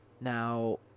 Now